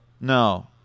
No